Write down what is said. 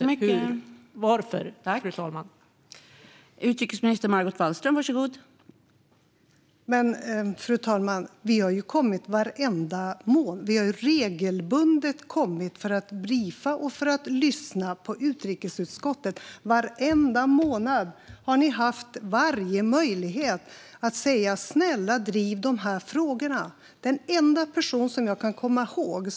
Jag undrar varför, fru talman.